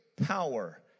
power